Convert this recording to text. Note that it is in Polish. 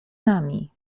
nami